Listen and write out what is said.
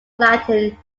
latin